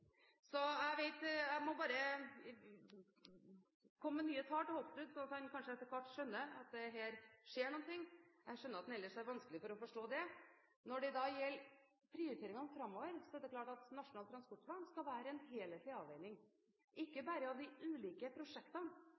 Så jeg må bare komme med nye tall til Hoksrud, slik at han kanskje etter hvert skjønner at det skjer noe her – jeg skjønner at han ellers har vanskelig for å forstå det. Når det gjelder prioriteringene framover, er det klart at Nasjonal transportplan skal være en helhetlig avveining, ikke bare av de ulike prosjektene,